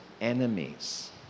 enemies